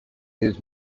his